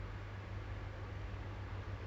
thief you